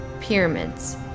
Pyramids